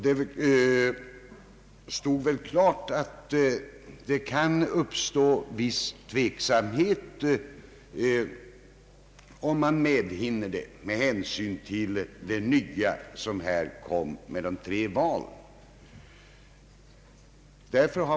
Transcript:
Det stod klart att det kunde vara tveksamt om man skulle hinna med tre val samtidigt, alltså den nya ordning som nu skall komma.